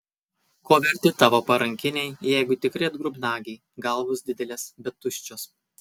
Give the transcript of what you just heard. ko verti tavo parankiniai jeigu tikri atgrubnagiai galvos didelės bet tuščios